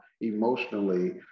emotionally